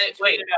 Wait